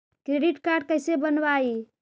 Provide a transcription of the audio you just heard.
Credit card कैसे बनवाई?